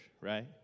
right